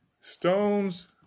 stones